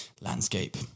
landscape